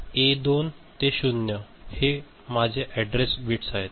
तर ए 2 ते 0 हे माझे अॅड्रेस बिट्स आहेत